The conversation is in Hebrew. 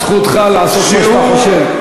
זכותך לעשות מה שאתה חושב,